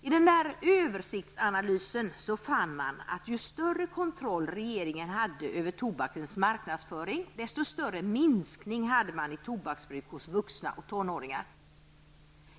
I denna översiktsanalys fann man att ju större kontroll regeringen hade över tobakens marknadsföring, desto större minskning hade man i tobaksbruk hos vuxna och tonåringar.